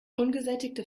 ungesättigte